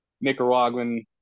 Nicaraguan